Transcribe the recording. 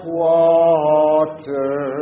water